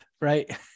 right